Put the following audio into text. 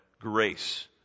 grace